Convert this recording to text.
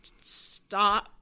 stop